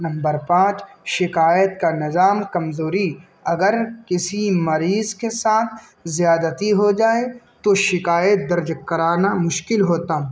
number پانچ شکایت کا نظام کمزوری اگر کسی مریض کے ساتھ زیادتی ہو جائے تو شکایت درج کرانا مشکل ہوتا ہوں